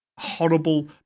horrible